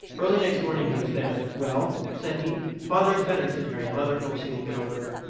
early next morning he was there. well? said he. father is better, said harry. mother hopes he will get over it.